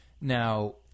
now